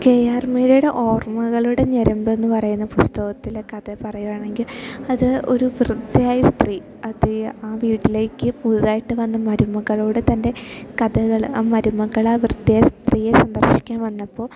K R മീരയുടെ ഓർമ്മകളുടെ ഞരമ്പെന്ന് പറയുന്ന പുസ്തകത്തിലെ കഥ പറയുകയാണെങ്കിൽ അത് ഒരു വൃദ്ധയായ സ്ത്രീ അത് ആ വീട്ടിലേക്ക് പുതുതായിട്ട് വന്ന മരുമകളോട് തൻ്റെ കഥകൾ ആ മരുമകളായ വൃദ്ധയായ സ്ത്രീയെ സന്ദർശിക്കാൻ വന്നപ്പോൾ